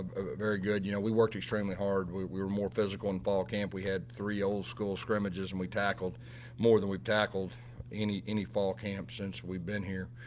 very good. you know, we worked extremely hard. we we were more physical in fall camp. we had three old school scrimmages, and we tackled more than we tackled any any fall camp since we've been here.